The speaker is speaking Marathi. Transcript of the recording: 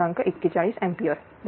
41 एंपियर बरोबर